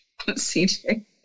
cj